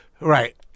Right